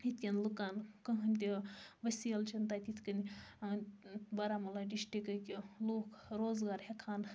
ہِتٮ۪ن لُکن کٕہٕنۍ تہٕ وَصیٖلہ چھُنہٕ تَتہِ یِتھ کنۍ بارامُلا ڈِشٹِکٕکۍ لوٗکھ روزگار ہیٚکہٕ ہَن